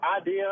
idea